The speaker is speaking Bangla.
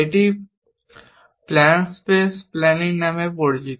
এটি প্ল্যান স্পেস প্ল্যানিং নামেও পরিচিত